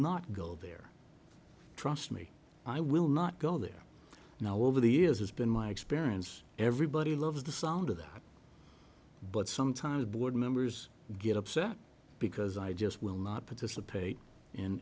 not go there trust me i will not go there now over the years it's been my experience everybody loves the sound of that but sometimes board members get upset because i just will not participate in